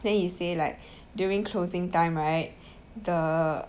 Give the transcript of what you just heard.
then he say like during closing time right the